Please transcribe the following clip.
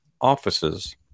offices